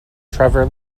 trevor